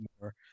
more